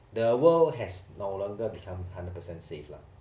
the world has no longer become hundred percent save lah